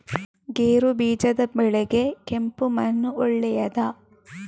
ಗೇರುಬೀಜದ ಬೆಳೆಗೆ ಕೆಂಪು ಮಣ್ಣು ಒಳ್ಳೆಯದಾ?